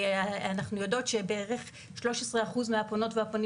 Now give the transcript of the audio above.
אנחנו יודעות שבערך 13% מהפונות והפונים